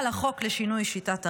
על החוק לשינוי שיטת הרייטינג,